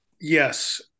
Yes